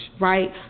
right